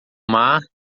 mar